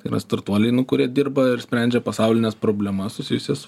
tai yra startuoliai kurie dirba ir sprendžia pasaulines problemas susijusias su